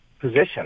position